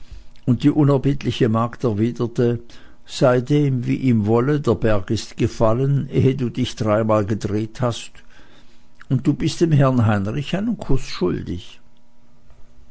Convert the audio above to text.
und die unerbittliche magd erwiderte sei dem wie ihm wolle der berg ist gefallen ehe du dich dreimal gedreht hast und du bist dem herrn heinrich einen kuß schuldig